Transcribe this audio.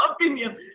opinion